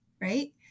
right